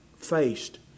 faced